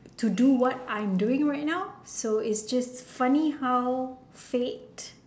to do what I'm doing right now so is just funny how fate